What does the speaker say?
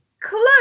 close